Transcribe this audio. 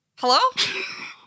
Hello